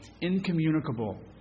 incommunicable